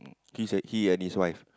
mm he and his wife